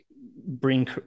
bring